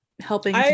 helping